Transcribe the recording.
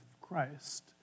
Christ